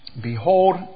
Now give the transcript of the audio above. Behold